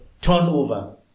turnover